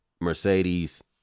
Mercedes